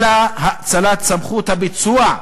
אלא האצלת סמכות הביצוע".